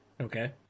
okay